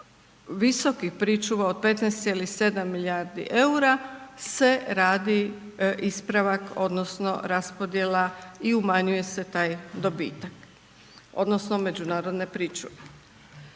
visokih pričuva od 15,7 milijardi eura se radi ispravak odnosno raspodjela i umanjuje se taj dobitak, odnosno međunarodne pričuve.